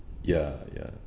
ya ya